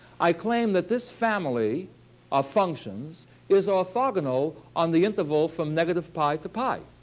i claim that this family of functions is orthogonal on the interval from negative pi to pi.